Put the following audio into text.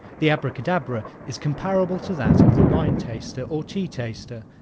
the abracadabra is comparable to that of the wine-taster or tea-taster.